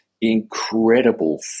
incredible